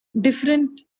different